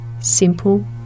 Simple